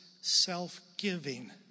self-giving